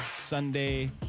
Sunday